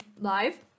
Live